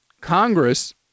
Congress